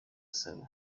salon